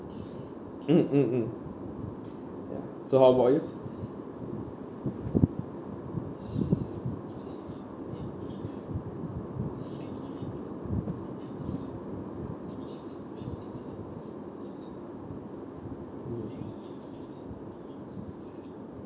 mm mm mm ya so how about you